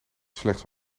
slechts